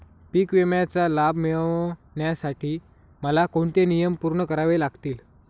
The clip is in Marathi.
पीक विम्याचा लाभ मिळण्यासाठी मला कोणते नियम पूर्ण करावे लागतील?